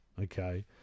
Okay